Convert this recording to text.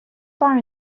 pas